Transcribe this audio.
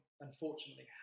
unfortunately